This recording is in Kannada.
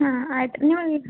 ಹಾಂ ಆಯ್ತು ನಿಮಗೆ